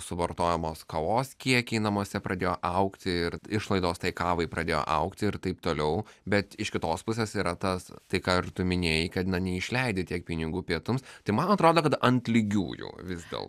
suvartojamos kavos kiekiai namuose pradėjo augti ir išlaidos kavai pradėjo augti ir taip toliau bet iš kitos pusės yra tas tai ką ir tu minėjai kad neišleidi tiek pinigų pietums tai man atrodo kad ant lygiųjų vis dėlto